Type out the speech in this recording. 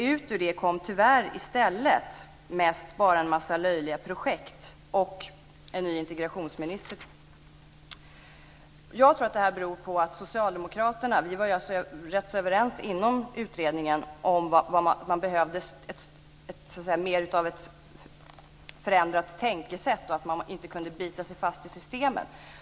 Ut ur detta kom tyvärr i stället mest bara en massa löjliga projekt och en ny integrationsminister. Vi var överens inom utredningen om att det behövdes mer av ett förändrat tänkesätt och att man inte kunde bita sig fast i systemet.